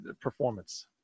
performance